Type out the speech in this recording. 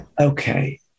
Okay